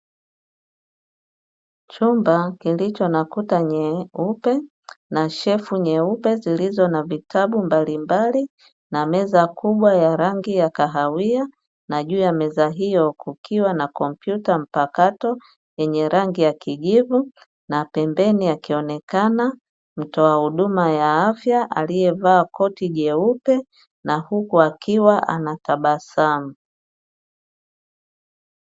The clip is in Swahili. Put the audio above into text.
Chumba kilicho na kuta nyeupe na shelfu nyeupe zilizo na vitabu mbalimbali na meza kubwa ya rangi ya kahawia na juu ya meza hiyo kukiwa na kompyuta mpakato yenye rangi ya kijivu na pembeni akioneka mtoa huduma ya afya aliyevaa koti jeupe na huku akiwa anatabasamu.